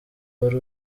wari